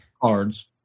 cards